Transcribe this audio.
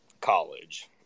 college